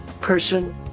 Person